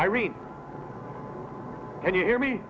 i read and you hear me